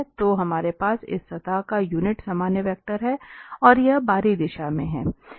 तो हमारे पास इस सतह पर यूनिट सामान्य वेक्टर है और यह बाहरी दिशा में है